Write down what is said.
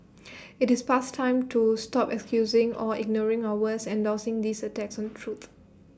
IT is past time to stop excusing or ignoring or worse endorsing these attacks on truth